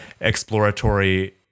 exploratory